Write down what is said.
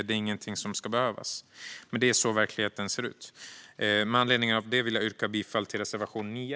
Det är inget som ska behövas, men det är så verkligheten ser ut. Med anledning av detta vill jag yrka bifall till reservation 9.